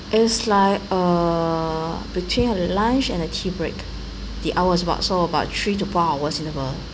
it's like uh between lunch and uh tea break the hours about so about three to four hours interval